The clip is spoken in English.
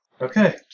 Okay